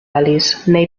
alice